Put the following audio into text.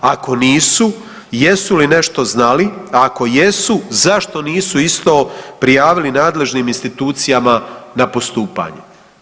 Ako nisu, jesu li nešto znali, a ako jesu, zašto nisu isto prijavili nadležnim institucijama na postupanje?